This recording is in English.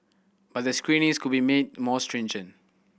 but the screenings could be made more stringent